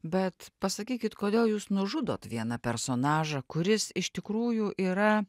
bet pasakykit kodėl jūs nužudot vieną personažą kuris iš tikrųjų yra